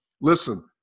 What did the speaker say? Listen